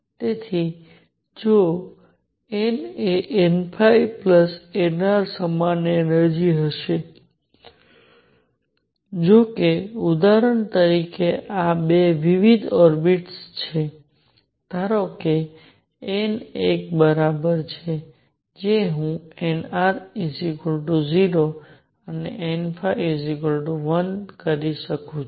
તેથી જો n એ nnrસમાન એનર્જિ હશે જો કે ઉદાહરણ તરીકે આ 2 વિવિધ ઓર્બિટ્સ છે ધારો કે n એક બરાબર છે જે હું nr0 અને n1 કરી શકું છું